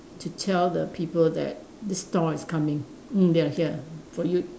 to tell the people that the stall is coming mm they are here for you